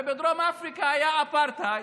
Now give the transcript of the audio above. ובדרום אפריקה היה אפרטהייד,